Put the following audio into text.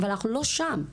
אבל אנחנו לא שם.